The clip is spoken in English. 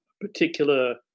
particular